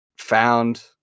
found